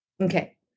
Okay